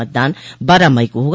मतदान बारह मई को होगा